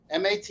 MAT